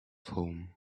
home